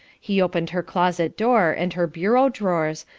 he opened her closet door and her bureau drawers,